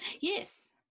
Yes